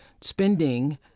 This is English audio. spending